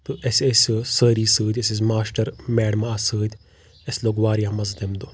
تہٕ اَسہِ أسۍ سأری سۭتۍ اَسہِ أسۍ ماشٹر میڈمہٕ آسہٕ سۭتۍ اَسہِ لوٚگ واریاہ مزٕ تٔمہِ دۄہ